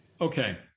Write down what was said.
Okay